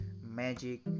magic